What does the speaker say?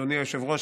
אדוני היושב-ראש,